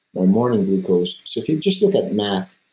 my morning glucose so, if you just look at math.